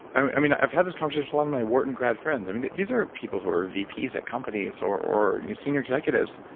i mean i've had this conversation with a lot of my working grad friends. i mean these are people who are vps at companies, or or senior executives.